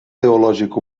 teològic